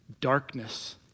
Darkness